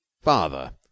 Father